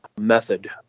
method